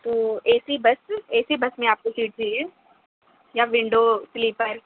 تو A C bus A C bus میں آپ کو سیٹ چاہیے یا ونڈو سلیپر